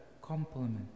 compliment